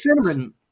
cinnamon